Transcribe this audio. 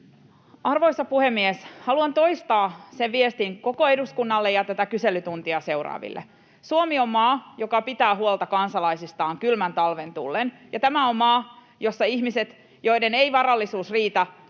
Arvoisa puhemies! Haluan toistaa tämän viestin koko eduskunnalle ja tätä kyselytuntia seuraaville: Suomi on maa, joka pitää huolta kansalaisistaan kylmän talven tullen, ja tämä on maa, jossa ihmiset, joiden varallisuus ei riitä